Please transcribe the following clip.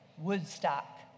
Woodstock